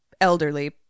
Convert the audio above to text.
elderly